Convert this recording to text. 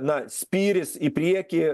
na spyris į priekį